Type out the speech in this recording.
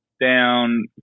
down